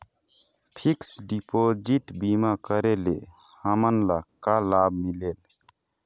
Fix deposit बीमा करे ले हमनला का लाभ मिलेल?